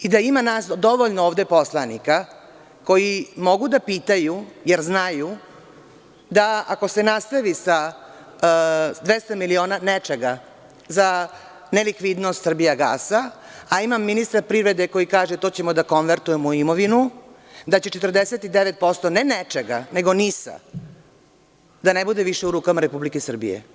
Ima nas dovoljno ovde poslanika koji mogu da pitaju, jer znaju da ako se nastavi sa 200 miliona nečega za nelikvidnost „Srbijagasa“, a ima ministar privrede koji kaže da ćemo to da konvertujemo u imovinu, da će 49%, ne nečega, nego NIS-a, da ne bude više u rukama Republike Srbije.